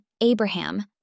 Abraham